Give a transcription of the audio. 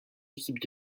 équipes